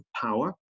power